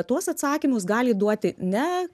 tuos atsakymus gali duoti ne